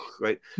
Right